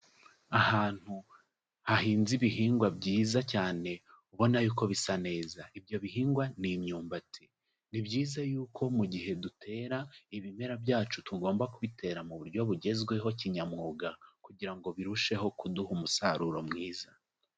Ahantu hahinze ibihingwa byiza cyane, ubona yuko bisa neza; ibyo bihingwa ni imyumbati. Ni byiza yuko mu gihe dutera ibimera byacu tugomba kubitera mu buryo bugezweho kinyamwuga kugira ngo birusheho kuduha umusaruro mwiza.